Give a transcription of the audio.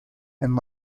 and